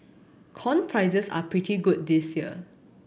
corn prices are pretty good this year